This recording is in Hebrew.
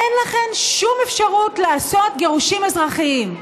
אין לכם שום אפשרות לעשות גירושים אזרחיים.